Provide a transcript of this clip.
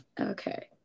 okay